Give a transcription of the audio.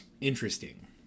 interesting